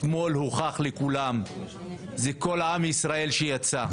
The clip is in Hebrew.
אתמול הוכח לכולם, זה כל עם ישראל שיצא.